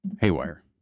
haywire